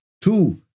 two